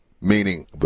Meaning